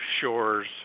shores